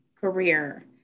career